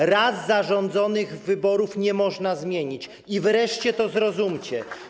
Terminu raz zarządzonych wyborów nie można zmienić i wreszcie to zrozumcie.